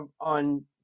on